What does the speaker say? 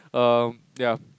erm ya